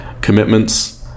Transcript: commitments